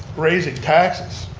raising taxes.